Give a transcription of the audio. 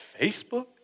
Facebook